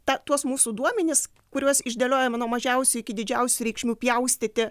tą tuos mūsų duomenis kuriuos išdėliojome nuo mažiausių iki didžiausių reikšmių pjaustyti